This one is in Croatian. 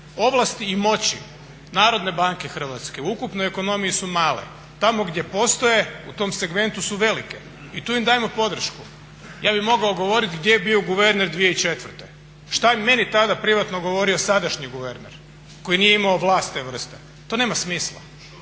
ovlasti i moći Narodne banke Hrvatske. U ukupnoj ekonomiji su male. Tamo gdje postoje, u tom segmentu su velike i tu im dajemo podršku. Ja bih mogao govorit gdje je bio guverner 2004., šta je meni tada privatno govorio sadašnji guverner koji nije imao vlast te vrste. To nema smisla.